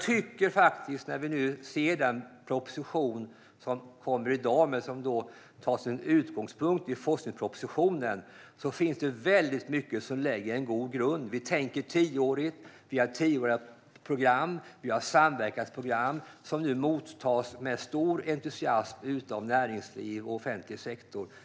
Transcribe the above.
När vi ser på den proposition som behandlas i dag och som tar sin utgångspunkt i forskningspropositionen finns det väldigt mycket som lägger en god grund. Vi tänker tioårigt, vi har tioåriga program och vi har samverkansprogram som nu mottas med stor entusiasm av näringsliv och offentlig sektor.